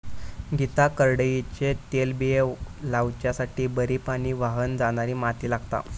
गीता करडईचे तेलबिये लावच्यासाठी बरी पाणी व्हावन जाणारी माती लागता